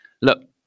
Look